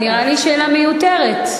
נראה לי שאלה מיותרת.